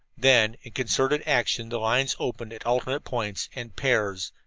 then, in concerted action, the lines opened at alternate points, and pairs,